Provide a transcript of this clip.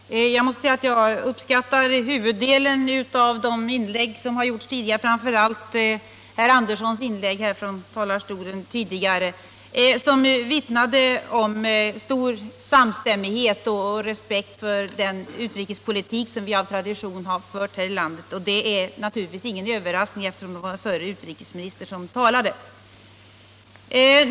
Herr talman! Jag måste säga att jag uppskattade huvuddelen av de inlägg som gjorts tidigare, framför allt herr Sven Anderssons i Stockholm inlägg här från talarstolen, som vittnade om stor samstämmighet och respekt för den utrikespolitik som vi av tradition har fört här i landet. Och det är naturligtvis ingen överraskning, eftersom det var förre utrikesministern som talade.